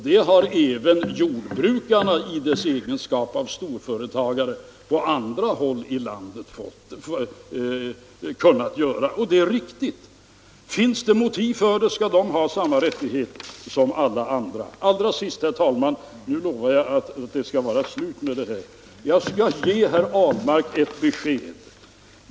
Det har även jordbrukarna i egenskap av storföretagare på andra håll i landet kunnat göra. Det är riktigt. Finns det motiv för det, skall de ha samma rättigheter som alla andra. Till sist, herr talman — och nu lovar jag att det skall vara slut — skall jag ge herr Ahlmark ett besked.